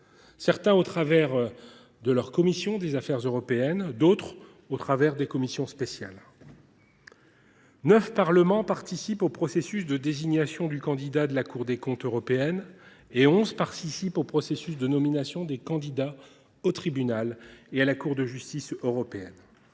certains au travers de leur commission des affaires européennes, d’autres au travers de commissions spéciales. Neuf parlements participent au processus de désignation du candidat à la Cour des comptes européenne et onze au processus de nomination des candidats au Tribunal et à la Cour de justice de